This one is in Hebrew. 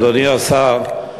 אדוני השר,